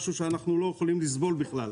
משהו שאנחנו לא יכולים לסבול בכלל.